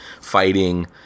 fighting